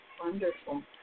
Wonderful